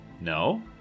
No